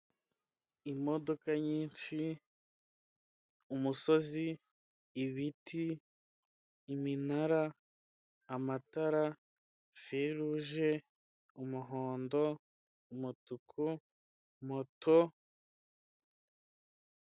Imodoka nyinshi, umusozi, ibiti, iminara, amatara, feruge, umuhondo, umutuku, moto.